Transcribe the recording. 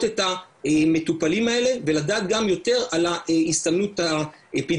את המטופלים האלה ולדעת גם יותר על ההסתמנות האפידמיולוגית.